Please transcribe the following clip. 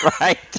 Right